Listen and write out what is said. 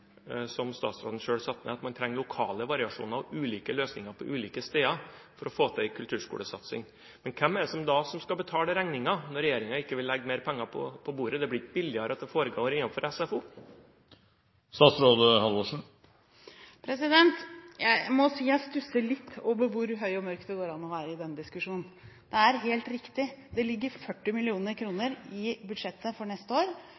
som statsråden selv satte ned, sier at man trenger lokale variasjoner og ulike løsninger på ulike steder for å få til en kulturskolesatsing. Men hvem er det da som skal betale regningen når regjeringen ikke vil legge mer penger på bordet? Det blir ikke billigere av at det foregår innenfor SFO. Jeg må si at jeg stusser litt over hvor høy og mørk det går an å være i denne diskusjonen. Det er helt riktig, det ligger 40 mill. kr i budsjettet for neste år,